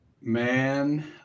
Man